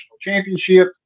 championship